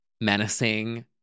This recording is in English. menacing